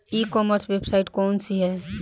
ई commerce website कौन सी है?